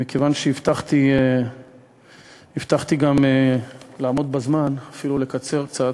ומכיוון שהבטחתי גם לעמוד בזמן, ואפילו לקצר קצת,